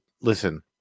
listen